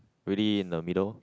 really in the middle